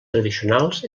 tradicionals